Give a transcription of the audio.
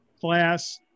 class